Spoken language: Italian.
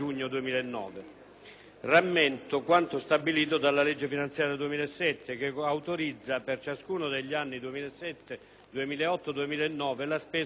Rammento quanto stabilito dalla legge finanziaria 2007, che autorizza per ciascuno degli anni 2007, 2008 e 2009, la spesa di 1 miliardo